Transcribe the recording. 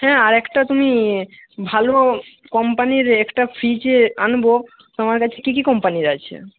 হ্যাঁ আর একটা তুমি ভালো কোম্পানির একটা ফ্রিজ আনবো তোমার কাছে কি কি কোম্পানির আছে